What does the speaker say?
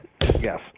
yes